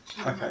Okay